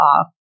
off